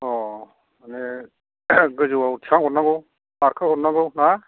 अ माने गोजौआव थिखांना हरनांगौ बारखोहरनांगौ ना